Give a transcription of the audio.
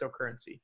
cryptocurrency